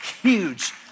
huge